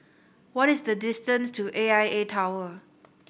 what is the distance to A I A Tower